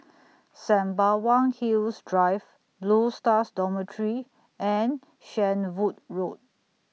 Sembawang Hills Drive Blue Stars Dormitory and Shenvood Road